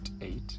eight